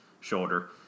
shoulder